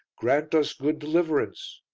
grant us good deliverance!